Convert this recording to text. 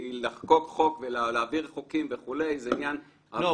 כי לחוקק חוק ולהעביר חוקים וכו' זה עניין --- לא,